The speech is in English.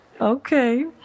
Okay